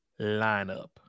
lineup